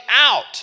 out